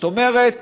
זאת אומרת,